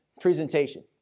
presentation